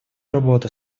работу